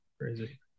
Crazy